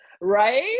right